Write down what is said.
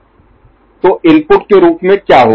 तो इनपुट के रूप में क्या होगा